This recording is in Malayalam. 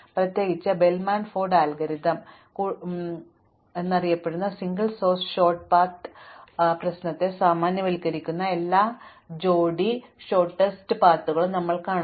പ്രത്യേകിച്ചും ഞങ്ങൾ ബെൽമാൻ ഫോർഡ് അൽഗോരിതം നോക്കും കൂടാതെ ഫ്ലോയ്ഡ് മാർഷൽ അൽഗോരിതം എന്നറിയപ്പെടുന്ന സിംഗിൾ സോഴ്സ് ഷോർട്ട് പാത്ത് പ്രശ്നത്തെ സാമാന്യവൽക്കരിക്കുന്ന എല്ലാ ജോഡി ഹ്രസ്വ പാത പ്രശ്നങ്ങളും ഞങ്ങൾ കാണും